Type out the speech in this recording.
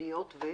עגבניות ומה?